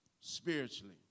spiritually